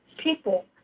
People